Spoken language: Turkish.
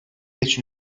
genç